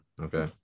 Okay